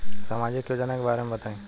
सामाजिक योजना के बारे में बताईं?